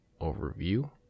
overview